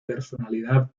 personalidad